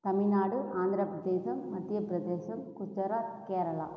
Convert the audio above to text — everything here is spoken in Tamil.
தமிழ்நாடு ஆந்திரப்பிரதேசம் மத்தியப்பிரதேசம் குஜராத் கேரளா